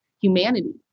humanity